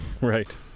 Right